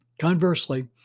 Conversely